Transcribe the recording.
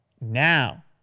Now